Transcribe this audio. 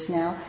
now